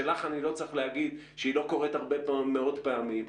ולך אני לא צריך להגיד שהיא לא קורית מאות פעמים,